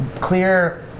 clear